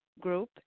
group